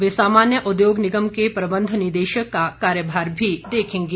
वह सामान्य उद्योग निगम के प्रबंध निदेशक का कार्यभार भी देखेंगे